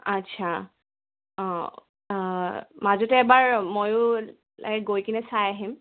আচ্ছা অঁ মাজতে এবাৰ ময়ো গৈ কিনে চাই আহিম